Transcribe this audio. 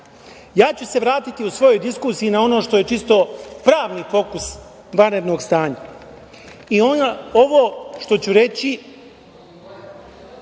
ću se vratiti u svojoj diskusiji na ono što je čisto pravni fokus vanrednog stanja. Ovo što ću reći